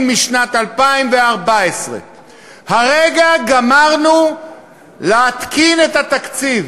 משנת 2014. הרגע גמרנו להתקין את התקציב,